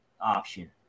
option